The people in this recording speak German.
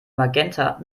magenta